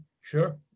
sure